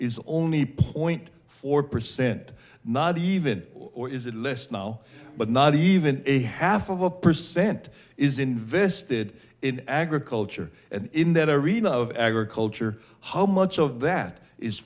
is only point four percent not even or is it less now but not even a half of a percent is invested in agriculture and in that arena of agriculture how much of that is